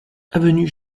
avenue